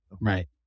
Right